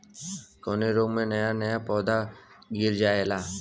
कवने रोग में नया नया पौधा गिर जयेला?